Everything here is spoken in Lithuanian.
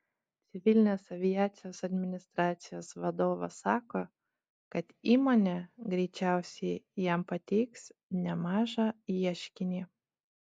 civilinės aviacijos administracijos vadovas sako kad įmonė greičiausiai jam pateiks nemažą ieškinį